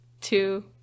two